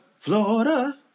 Florida